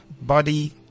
body